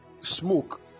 smoke